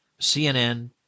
CNN